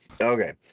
okay